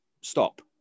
stop